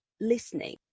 listening